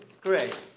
Great